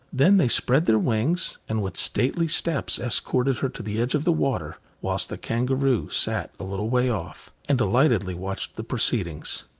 then they spread their wings, and with stately steps escorted her to the edge of the water, whilst the kangaroo sat a little way off, and delightedly watched the proceedings.